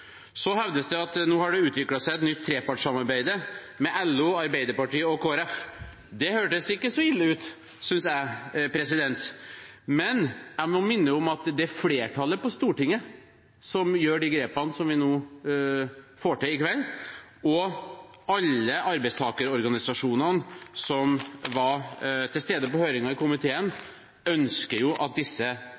Så hevdes det at det nå har utviklet seg et nytt trepartssamarbeid, med LO, Arbeiderpartiet og Kristelig Folkeparti. Det hørtes ikke så ille ut, synes jeg, men jeg må minne om at det er flertallet på Stortinget som tar de grepene som vi får til i kveld, og alle arbeidstakerorganisasjonene som var til stede på høringen i komiteen, ønsker at disse